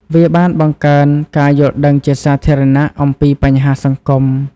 វាបានបង្កើនការយល់ដឹងជាសាធារណៈអំពីបញ្ហាសង្គម។